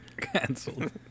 Cancelled